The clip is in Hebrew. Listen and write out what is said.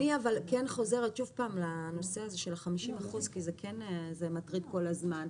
אבל אני כן חוזרת שוב פעם לנושא הזה של 50% כי זה כן מטריד כל הזמן.